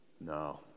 No